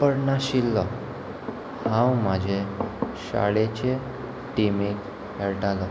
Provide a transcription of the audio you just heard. पडनाशिल्लो हांव म्हाजे शाळेचे टिमीक खेळटालो